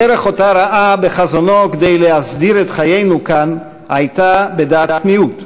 הדרך שראה בחזונו כדי להסדיר את חיינו כאן הייתה בדעת מיעוט,